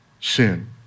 sin